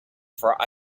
for